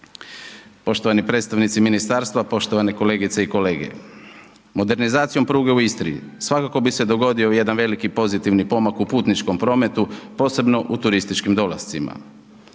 Poštovani predstavnici i ministarstva, poštovane kolegice i kolege, modernizacijom pruge u Istri, svakako bi se dogodio jedan veliki pozitivni pomak u putničkim prometu, posebno u turističkim dolascima.